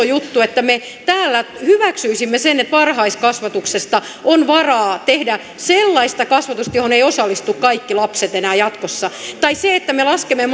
juttu että me täällä hyväksyisimme sen että varhaiskasvatuksesta on varaa tehdä sellaista kasvatusta johon eivät osallistu kaikki lapset enää jatkossa tai sen että me laskemme